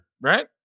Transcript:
right